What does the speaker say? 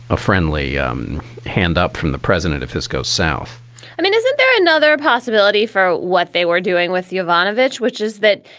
a friendly um hand up from the president of pisco south i mean, isn't there another possibility for what they were doing with the evanovich, which is that